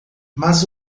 mas